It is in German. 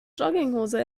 jogginghose